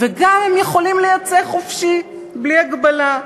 וגם, הם יכולים לייצא חופשי, בלי הגבלה.